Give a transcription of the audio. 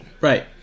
right